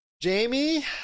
Jamie